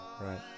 Right